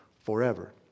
Forever